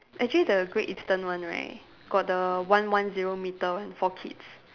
actually the Great Eastern one right got the one one zero metre one for kids